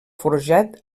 forjat